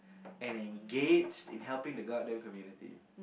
and engaged in helping the god damn community